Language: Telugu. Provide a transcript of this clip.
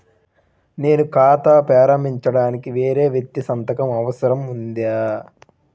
నేను ఖాతా ప్రారంభించటానికి వేరే వ్యక్తి సంతకం అవసరం ఉందా?